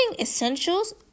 essentials